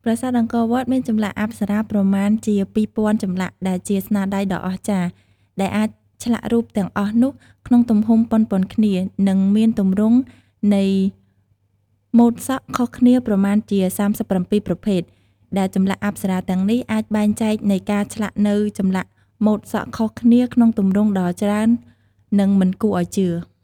ប្រាសាទអង្គរវត្ត មានចម្លាក់អប្សរាប្រមាណជា ២,០០០ ចម្លាក់ដែលជាស្នាដៃដ៏អស្ចារ្យ ដែលអាចឆ្លាក់រូបទាំងអស់នោះក្នុងទំហំប៉ុនៗគ្នា និងមានទម្រង់នៃមូដសក់ខុសគ្នាប្រមាណជា ៣៧ ប្រភេទ ដែលចម្លាក់អប្សារាទាំងនេះអាចបែងចែកនៃការឆ្លាក់នូវចម្លាក់មូដសក់ខុសគ្នាក្នុងទម្រង់ដ៏ច្រើននិងមិនគួរឱ្យជឿ ។